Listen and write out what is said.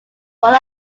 one